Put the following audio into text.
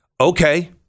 Okay